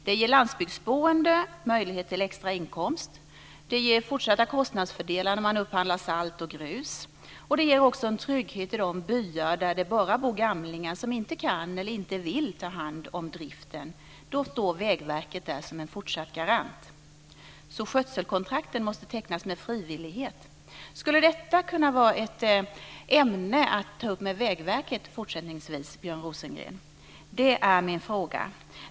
Det ger landsbygdsboende möjlighet till extra inkomst, det ger fortsatta kostnadsfördelar när man upphandlar salt och grus och det ger också en trygghet i de byar där det bara bor gamlingar som inte kan eller inte vill ta hand om driften. Då står Vägverket där som en fortsatt garant. Så skötselkontrakten måste tecknas med frivillighet. Skulle detta kunna vara ett ämne att ta upp med Vägverket fortsättningsvis, Björn Rosengren? Det är min fråga.